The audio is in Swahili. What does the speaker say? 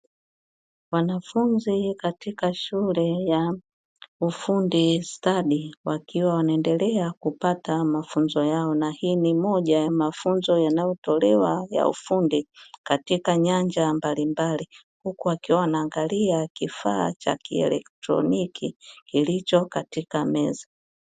Wanafunzi katika shule ya ufundi stadi, wakiwa wanaendelea kupata mafunzo yao na hii ni moja ya mafunzo yanayotolewa ya ufundi katika nyanja mbalimbali, huku wakiwa wanaangalia kifaa cha kieletroniki kilicho katika meza.